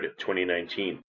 2019